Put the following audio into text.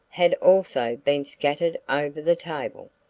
had also been scattered over the table.